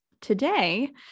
Today